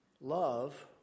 love